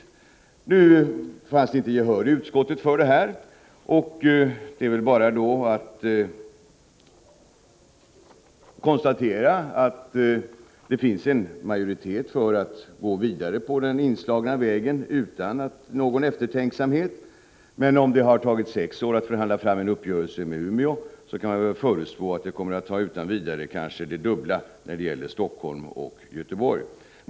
Men nu fanns det inte gehör för dessa tankar i utskottet. Då är det bara att konstatera att det finns majoritet för att gå vidare på den inslagna vägen utan någon eftertänksamhet. Om det har tagit sex år för att förhandla fram en uppgörelse med Umeå, kan man förutspå att det kommer att ta utan vidare det dubbla när det gäller Helsingfors och Göteborg.